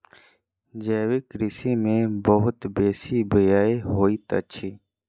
जैविक कृषि में बहुत बेसी व्यय होइत अछि